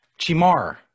Chimar